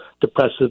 depressive